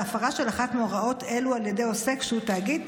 והפרה של אחת מהוראות אלה על ידי עוסק שהוא תאגיד,